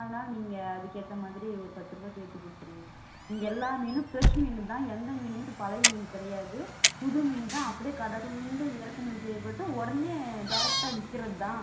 அதனால் நீங்கள் அதுக்கேற்ற மாதிரி ஒரு பத்துரூபா சேர்த்தே கொடுத்துடுங்க இங்கே எல்லா மீனும் ஃபிரெஷ் மீன் தான் எந்த மீனும் பழைய மீன் கிடையாது புது மீன் தான் அப்படியே கடல்லேருந்து இறக்குமதி செய்யபட்டு உடனே டைரக்டா விற்கிறதுதான்